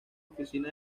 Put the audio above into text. oficina